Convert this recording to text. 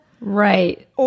Right